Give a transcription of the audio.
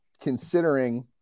considering